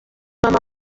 mama